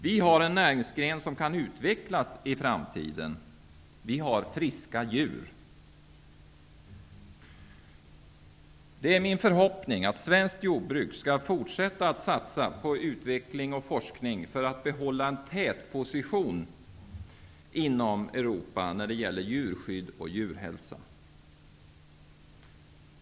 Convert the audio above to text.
Vi har en näringsgren som kan utvecklas i framtiden. Vi har friska djur. Det är min förhoppning att svenskt jordbruk skall fortsätta att satsa på forskning och utveckling för att behålla en tätposition inom Europa när det gäller djurskydd och djurhälsa.